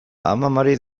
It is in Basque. amamari